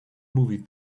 movie